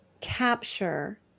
capture